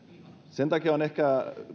sen takia pitäisi ehkä